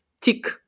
tick